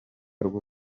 rwo